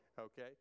Okay